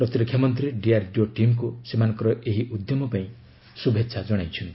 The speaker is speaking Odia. ପ୍ରତିରକ୍ଷା ମନ୍ତ୍ରୀ ଡିଆର୍ଡିଓ ଟିମ୍କୁ ସେମାନଙ୍କର ଏହି ଉଦ୍ୟମ ପାଇଁ ଶୁଭେଚ୍ଛା ଜଣାଇଛନ୍ତି